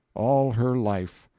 all her life,